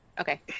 Okay